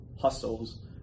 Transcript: hustles